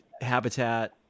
habitat